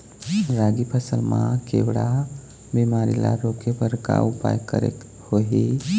रागी फसल मा केवड़ा बीमारी ला रोके बर का उपाय करेक होही?